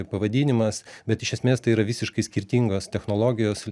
pavadinimas bet iš esmės tai yra visiškai skirtingos technologijos